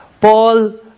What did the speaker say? Paul